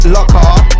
Locker